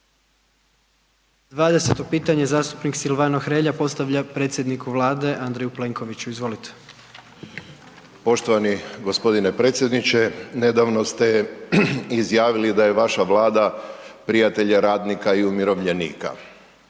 20. pitanje, zastupnik Silvano Hrelja postavlja predsjedniku Vlade Andreju Plenkoviću, izvolite. **Hrelja, Silvano (HSU)** Poštovani g. predsjedniče. Nedavno ste izjavili da je vaša Vlada prijatelj radnika i umirovljenika.